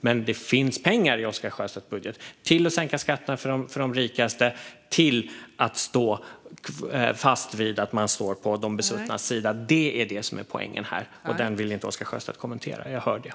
Men det finns pengar i Oscar Sjöstedts budget till att sänka skatterna för de rikaste och till att stå fast vid att Sverigedemokraterna står på de besuttnas sida. Det är detta som är poängen här, och jag hör att Oscar Sjöstedt inte vill kommentera den.